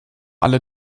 alle